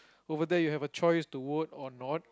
over there you have a choice to vote or not